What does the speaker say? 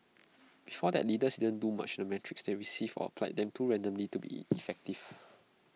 before that leaders didn't do much with the metrics they received or applied them too randomly to be effective